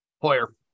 Hoyer